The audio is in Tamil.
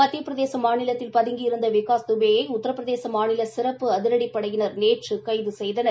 மத்திய பிரதேச மாநிலத்தில் பதுங்கி இருந்த விகாஸ் தூபே யை உத்திரபிரசேத மாநில சிறப்பு அதிரடிப் படையினர் நேற்று கைது செய்தனர்